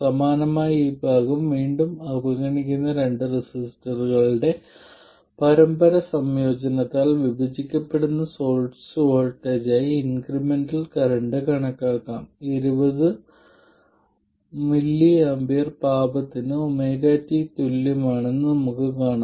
സമാനമായി ഈ ഭാഗം വീണ്ടും അവഗണിക്കുന്ന രണ്ട് റെസിസ്റ്ററുകളുടെ പരമ്പര സംയോജനത്താൽ വിഭജിക്കപ്പെടുന്ന സോഴ്സ് വോൾട്ടേജായി ഇൻക്രിമെന്റൽ കറന്റ് കണക്കാക്കാം ഇത് 20µA പാപത്തിന് ωt തുല്യമാണെന്ന് നമുക്ക് കാണാം